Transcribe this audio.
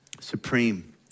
supreme